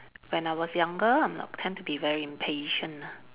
when I was younger I'm tend to be very impatient ah